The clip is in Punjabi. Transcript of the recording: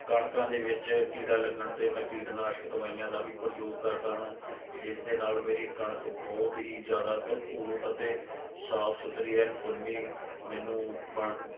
ਕਣਕਾਂ ਦੇ ਵਿੱਚ ਕੀੜਾ ਲੱਗਣ 'ਤੇ ਮੈਂ ਕੀਟ ਨਾਸ਼ਕ ਦਵਾਈਆਂ ਦਾ ਵੀ ਪ੍ਰਯੋਗ ਕਰਦਾ ਹਾਂ ਜਿਸ ਦੇ ਨਾਲ਼ ਮੇਰੀ ਕਣਕ ਬਹੁਤ ਹੀ ਜ਼ਿਆਦਾ ਭਰਪੂਰ ਅਤੇ ਸਾਫ਼ ਸੁਥਰੀ ਐਨ ਫੁੱਲਵੀਂ ਮੈਨੂੰ ਬਣ